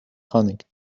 connect